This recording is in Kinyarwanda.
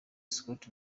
scott